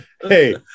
Hey